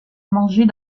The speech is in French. manger